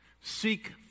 seek